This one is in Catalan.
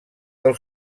del